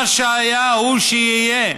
מה שהיה הוא שיהיה,